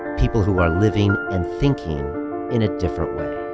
people who are living and thinking in a different way.